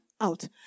out